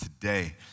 today